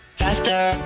faster